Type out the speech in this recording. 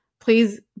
Please